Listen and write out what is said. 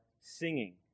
singing